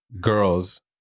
girls